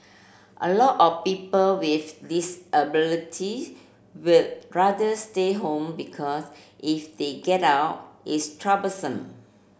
a lot of people with disability would rather stay home because if they get out it's troublesome